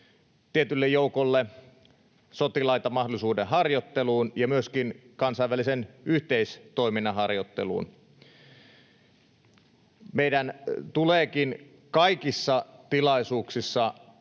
tietylle joukolle sotilaita mahdollisuuden harjoitteluun ja myöskin kansainvälisen yhteistoiminnan harjoitteluun. Meidän tuleekin kaikissa tilaisuuksissa,